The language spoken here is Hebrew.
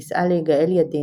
נישאה ליגאל ידין,